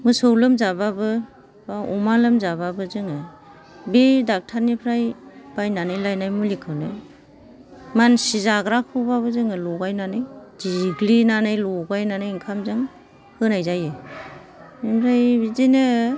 मोसौ लोमजाबाबो अमा लोमजाबाबो जोङो बे डाक्टार निफ्राय बायनानै लायनाय मुलिखौनो मानसि जाग्राखौबाबो जोङो लगायनानै देग्लिनानै लगायनानै ओंखाम जों होनाय जायो ओमफ्राय बिदिनो